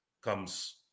comes